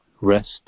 rest